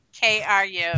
K-R-U